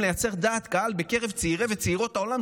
לייצר דעת קהל בקרב צעירי וצעירות העולם,